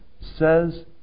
says